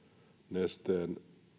nesteen